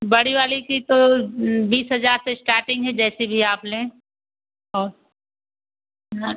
बड़ी वाली की तो बीस हजार से इस्टाटिंग है जैसी भी आप लें और न